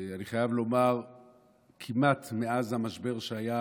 אני חייב לומר שכמעט מאז המשבר שהיה